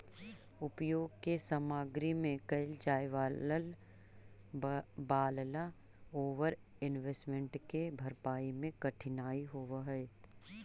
उपभोग के सामग्री में कैल जाए वालला ओवर इन्वेस्टमेंट के भरपाई में कठिनाई होवऽ हई